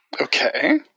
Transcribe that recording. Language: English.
Okay